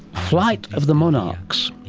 flight of the monarchs,